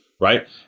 Right